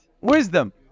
wisdom